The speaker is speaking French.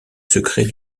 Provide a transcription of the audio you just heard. secret